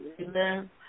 Amen